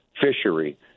fishery